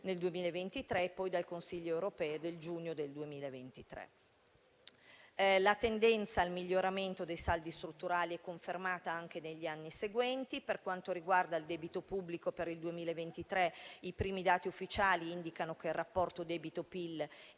nel 2023 e poi dal Consiglio europeo nel giugno 2023. La tendenza al miglioramento dei saldi strutturali è confermata anche negli anni seguenti. Per quanto riguarda il debito pubblico per il 2023, i primi dati ufficiali indicano che il rapporto debito-PIL